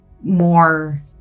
more